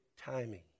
timing